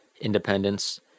independence